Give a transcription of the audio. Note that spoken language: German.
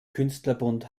künstlerbund